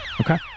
Okay